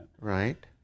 Right